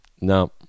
No